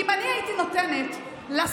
אם אני הייתי נותנת לשנאה